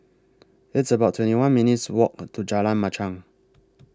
It's about twenty one minutes' Walk to Jalan Machang